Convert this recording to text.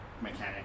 mechanic